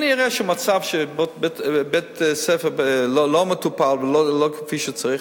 אני אראה מצב שבו בית-ספר לא מטופל ולא כפי שצריך,